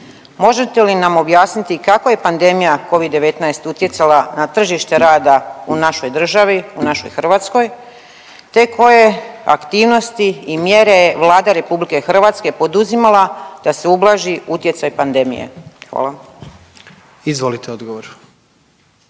Možete li nam objasniti kako je pandemija Covid-19 utjecala na tržište rada u našoj državi, u našoj Hrvatskoj te koje aktivnosti i mjere je Vlada RH poduzimala da se ublaži utjecaj pandemije. Hvala. **Jandroković,